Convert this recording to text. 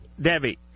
Debbie